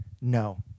No